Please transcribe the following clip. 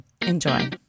Enjoy